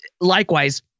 likewise